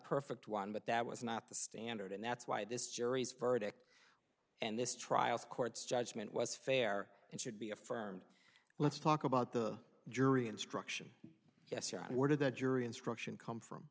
perfect one but that was not the standard and that's why this jury's verdict and this trial court's judgment was fair and should be affirmed let's talk about the jury instruction yes your honor ordered the jury instruction come from